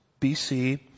BC